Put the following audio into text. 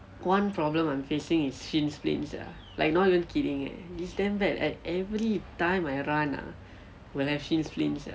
one problem I'm facing is shin splints sia like not even kidding eh it's damn bad like every time I run ah will have shin splints sia